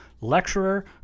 lecturer